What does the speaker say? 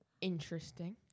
Interesting